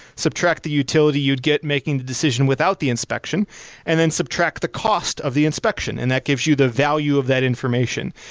subtract the utility you'd get making the decision without the inspection and then subtract the cost of the inspection and that gives you the value of that information.